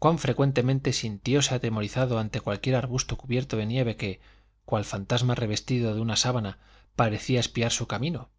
cuán frecuentemente sintióse atemorizado ante cualquier arbusto cubierto de nieve que cual fantasma revestido de una sábana parecía espiar su camino